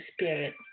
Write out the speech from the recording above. Spirit